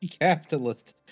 capitalist